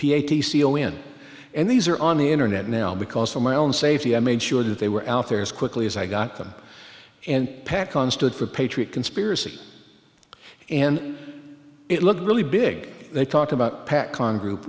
t c o n and these are on the internet now because of my own safety i made sure that they were out there as quickly as i got them and pack on stood for patriot conspiracy and it looked really big they talked about